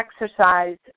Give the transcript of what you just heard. exercise